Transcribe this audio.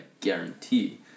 guarantee